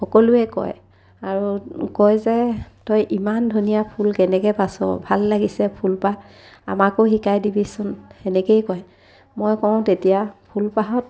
সকলোৱে কয় আৰু কয় যে তই ইমান ধুনীয়া ফুল কেনেকৈ বাচ ভাল লাগিছে ফুলপাহ আমাকো শিকাই দিবিচোন সেনেকৈয়ে কয় মই কওঁ তেতিয়া ফুলপাহত